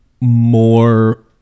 more